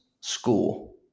school